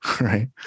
right